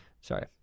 Sorry